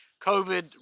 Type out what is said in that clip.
COVID